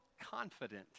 confident